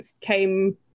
came